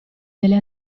delle